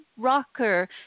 Rocker